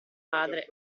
padre